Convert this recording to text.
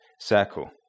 circle